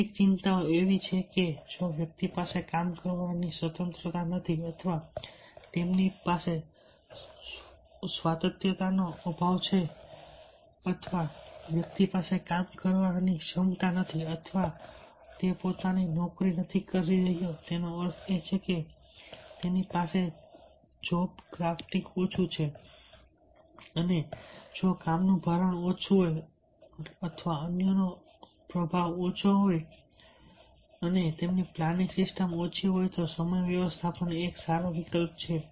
કેટલીક ચિંતાઓ એવી છે કે જો વ્યક્તિ પાસે કામ કરવાની સ્વતંત્રતા નથી અથવા તેની પાસે સ્વાયત્તતાનો અભાવ છે અથવા વ્યક્તિ પાસે કામ બનાવવાની ક્ષમતા નથી અથવા તે પોતાની નોકરી નથી કરી રહ્યો છે તેનો અર્થ એ કે તેની પાસે જોબ ક્રાફ્ટિંગ ઓછું છે અને જો કામનું ભારણ ઓછું હોય અન્યનો પ્રભાવ ઓછો હોય અને તેમની પ્લાનિંગ સિસ્ટમ ઓછી હોય તો સમય વ્યવસ્થાપન એ એક સારો વિકલ્પ છે